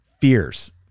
Fears